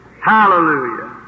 Hallelujah